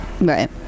right